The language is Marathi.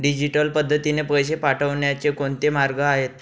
डिजिटल पद्धतीने पैसे पाठवण्याचे कोणते मार्ग आहेत?